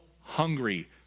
hungry